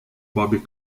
bobby